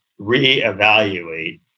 reevaluate